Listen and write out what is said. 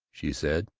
she said.